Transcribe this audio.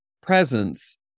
presence